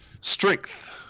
Strength